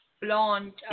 blonde